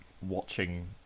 watching